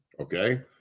okay